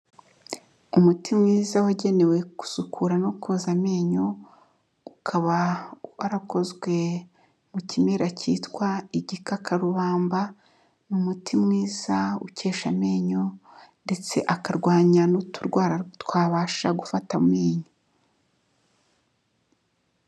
Umuti mwiza wagenewe gusukura no koza amenyo ukaba warakozwe mu kimera cyitwa igikakarubamba ni umuti mwiza ukesha amenyo ndetse akarwanya n'uturwara twabasha gufata amenyo.